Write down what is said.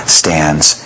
stands